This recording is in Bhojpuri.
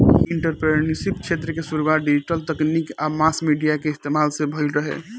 इ एंटरप्रेन्योरशिप क्षेत्र के शुरुआत डिजिटल तकनीक आ मास मीडिया के इस्तमाल से भईल रहे